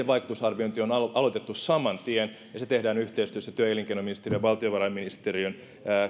vaikutusarviointi on aloitettu saman tien ja se tehdään yhteistyössä työ ja elinkeinoministeriön ja valtiovarainministeriön